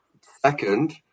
second